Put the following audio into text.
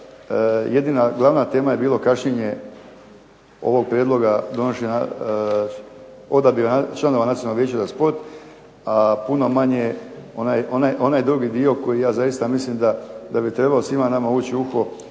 jedina, glavna tema je bilo kašnjenje ovog prijedloga donošenja odabira članova Nacionalnog vijeća za šport. Puno manje onaj drugi dio koji ja zaista mislim da bi trebao svima nama ući u